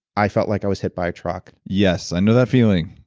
i felt like i was hit by a truck yes. i know that feeling.